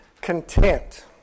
content